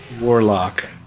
Warlock